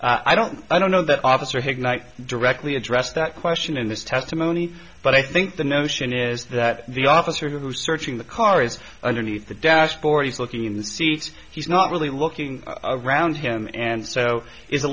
honor i don't i don't know that officer hig knight directly addressed that question in this testimony but i think the notion is that the officer who searching the car is underneath the dashboard he's looking in the seats he's not really looking around him and so it's a